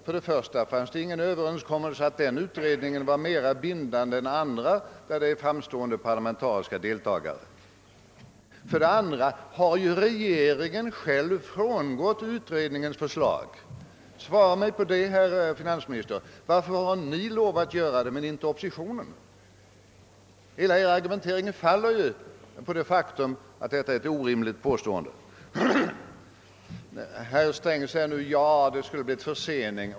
För det första fanns det emellertid ingen överenskommelse om att den utredningen var mera bindande än andra utredningar med framstående parlamentariska deltagare. För det andra har regeringen själv frångått utredningens förslag. Varför har ni rätt att göra det men inte oppositionen? Svara mig på detta, herr finansminister! Hela er argumentering faller ju på det faktum att detta är ett orimligt påstående. Herr Sträng säger nu: Förhandling skulle ha inneburit en försening.